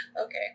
Okay